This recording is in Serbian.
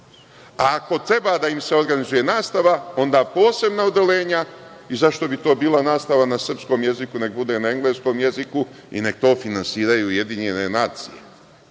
a ako treba da im se organizuje nastava, onda posebna odeljenja. I zašto bi to bila nastava na srpskom jeziku? Neka bude na engleskom i neka to finansiraju UN. Dovoljno je